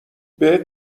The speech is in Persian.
بهت